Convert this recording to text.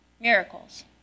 miracles